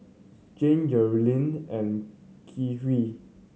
Jan Jerilynn and Khiry